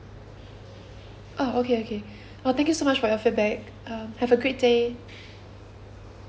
ah okay okay well thank you so much for your feedback uh have a great day